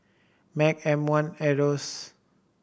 MAG M One Asos